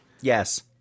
Yes